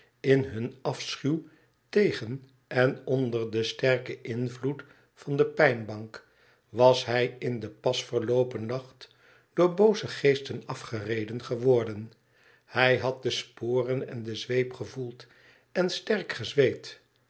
b hun afschuw tegen en onder den sterken invloed van de pijnbank was hij in den pas verloopen nacht door booze geesten afgereden geworden hij had de sporen en de zweep gevoeld en sterk gezweet